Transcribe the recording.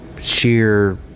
sheer